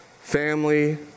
family